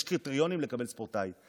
יש קריטריון לקבלת ספורטאי.